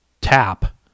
tap